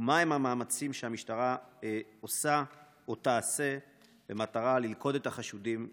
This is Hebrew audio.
2. מהם המאמצים שהמשטרה עושה או תעשה במטרה ללכוד את החשודים במעשה?